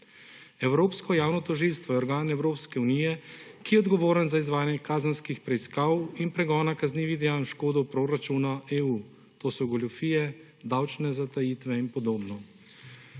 Evropsko javno tožilstvo je organ Evropske unije, ki je odgovoren za izvajanje kazenskih preiskav in pregona kaznivih dejanj v škodo proračuna EU. To so goljufije, davčne zatajitve in podobno.